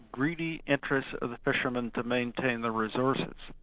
greedy interest of the fishermen to maintain the resources.